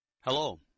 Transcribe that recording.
Hello